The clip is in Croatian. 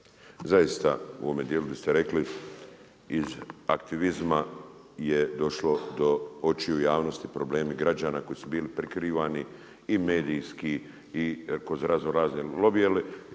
zaista u ovome dijelu gdje ste rekli iz aktivizma je došlo do očiju javnosti problemi građana koji su bili prikrivani i medijski i kroz raznorazne lobije